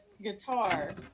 guitar